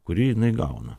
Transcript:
kurį jinai gauna